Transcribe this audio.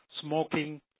smoking